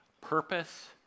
purpose